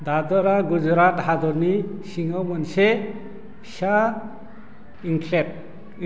दादराआ गुजरात हादरसानि सिङाव मोनसे फिसा एन्क्लेव